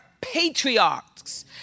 patriarchs